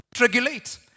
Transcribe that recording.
regulate